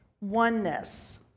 oneness